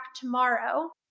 tomorrow